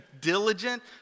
diligent